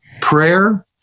prayer